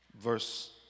verse